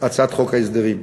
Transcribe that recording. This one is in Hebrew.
הצעת חוק ההסדרים.